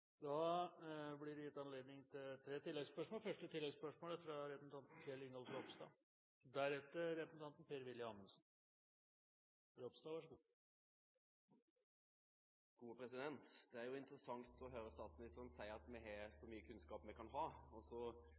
Det blir gitt anledning til tre oppfølgingsspørsmål – først representanten Kjell Ingolf Ropstad. Det er interessant å høre statsministeren si at vi har så mye kunnskap vi kan ha, og så